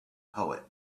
poet